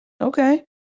Okay